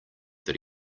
that